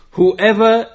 Whoever